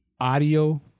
audio